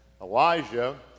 Elijah